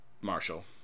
Marshall